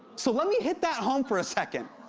so, let me hit that home for a second.